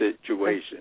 situation